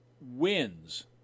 wins